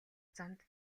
замд